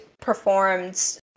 performed